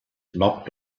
knocked